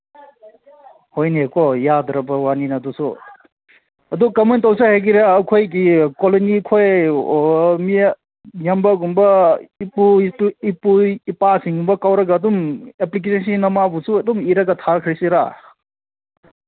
ꯍꯣꯏꯅꯦ ꯀꯣ ꯌꯥꯗ꯭ꯔꯕ ꯋꯥꯅꯤꯅ ꯑꯗꯨꯁꯨ ꯑꯗꯨ ꯀꯃꯥꯏꯅ ꯇꯧꯁꯦ ꯍꯥꯏꯒꯦꯔꯥ ꯑꯩꯈꯣꯏꯒꯤ ꯀꯣꯂꯣꯅꯤꯈꯣꯏ ꯑꯣ ꯑꯣ ꯃꯤ ꯌꯥꯝꯕꯒꯨꯝꯕ ꯏꯄꯨ ꯏꯄꯨ ꯏꯄꯥ ꯁꯤꯡꯒꯨꯝꯕ ꯀꯧꯔꯒ ꯑꯗꯨꯝ ꯑꯦꯄ꯭ꯂꯤꯀꯦꯁꯟ ꯑꯃꯕꯨꯁꯨ ꯑꯗꯨꯝ ꯏꯔꯒ ꯊꯥꯈ꯭ꯔꯁꯤꯔꯥ